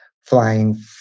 flying